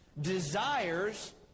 Desires